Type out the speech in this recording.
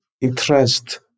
interest